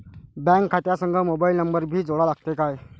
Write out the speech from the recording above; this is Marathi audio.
बँक खात्या संग मोबाईल नंबर भी जोडा लागते काय?